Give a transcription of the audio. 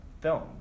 film